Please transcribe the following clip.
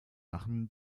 machen